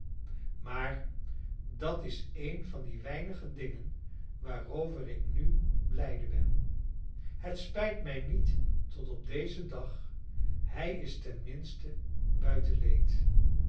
maar dat is een van die weinige dingen waarover ik nu blijde ben het spijt mij niet tot op dezen dag hij is ten minste buiten leed